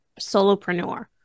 solopreneur